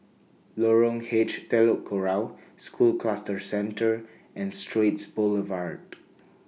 Lorong H Telok Kurau School Cluster Centre and Straits Boulevard